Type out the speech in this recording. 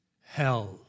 hell